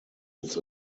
its